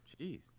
Jeez